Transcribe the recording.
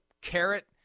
carrot